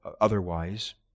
otherwise